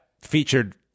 featured